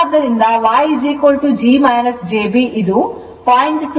ಆದ್ದರಿಂದ Y g jb ಇದು 0